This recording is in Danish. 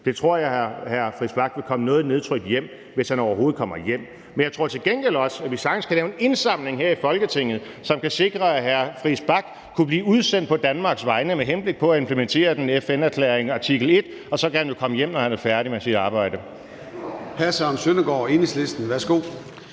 at hr. Christian Friis Bach ville komme noget nedtrykt hjem, hvis han overhovedet kom hjem. Men jeg tror til gengæld også, at vi sagtens kan lave en indsamling her i Folketinget, som kan sikre, at hr. Christian Friis Bach kan blive udsendt på Danmarks vegne med henblik på at implementere FN-erklæringens artikel 1, og så kan han jo komme hjem, når han er færdig med sit arbejde.